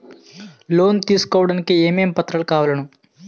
Loan తీసుకోడానికి ఏమేం పత్రాలు కావలెను?